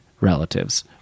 relatives